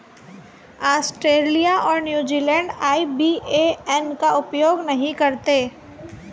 Australia और New Zealand IBAN का उपयोग नहीं करते हैं